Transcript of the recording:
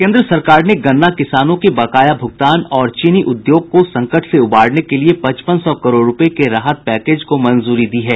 केन्द्र सरकार ने गन्ना किसानों के बकाया भुगतान और चीनी उद्योग को संकट से उबारने के लिए पचपन सौ करोड़ रूपये के राहत पैकेज को मंजूरी दी है